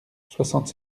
soixante